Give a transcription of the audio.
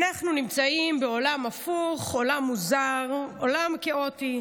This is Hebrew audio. אנחנו נמצאים בעולם הפוך, עולם מוזר, עולם כאוטי.